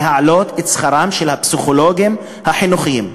להעלות את שכרם של הפסיכולוגים החינוכיים,